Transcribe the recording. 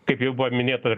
kaip jau buvo minėta